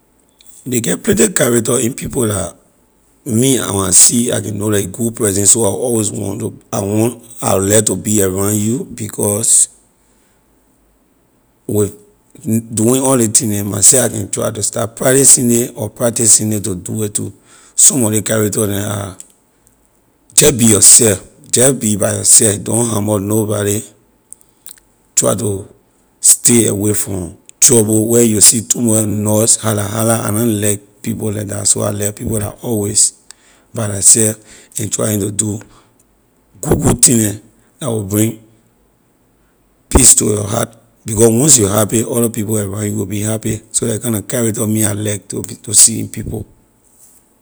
Ley get plenty character in people la me when I see I can know la you good person so I will always want to I want I like to be around you because with ne- doing all ley thing neh myself I can try to start practicing neh or practicing it to do it too. some of ley character neh are jeh be yourself jeh be by yourself don’t hamock nobody try to stay away from trouble where you will see too much noise hala hala I na like people like that so I like people la always by la she ley trying to do good good thing neh la will bring peace to your heart because once you happy other people around you will be happy so la ley kind na character me I like to be to see in people.